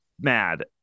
mad